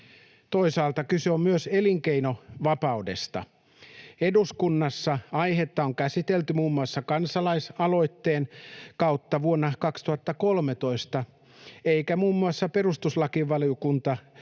Toisaalta kyse on myös elinkeinovapaudesta. Eduskunnassa aihetta on käsitelty muun muassa kansalaisaloitteen kautta vuonna 2013 eikä muun muassa perustuslakivaliokunta